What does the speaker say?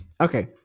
Okay